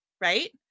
Right